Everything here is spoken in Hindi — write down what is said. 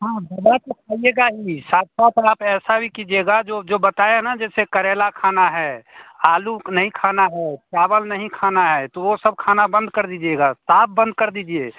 हाँ दवा तो खाईएगा ही साथ साथ आप ऐसा भी कीजिएगा जो जो बताए हैं ना जैसे करेला खाना है आलू नहीं खाना है चावल नहीं खाना है तो वह सब खाना बंद कर दीजिएगा साफ़ बंद कर दीजिए